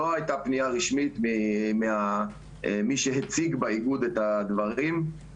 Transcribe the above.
לא הייתה פנייה רשמית ממי שהציג באיגוד את הדברים.